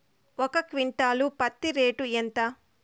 ఒక క్వింటాలు పత్తి రేటు ఎంత?